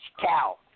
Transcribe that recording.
cow